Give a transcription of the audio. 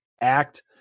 act